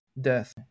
death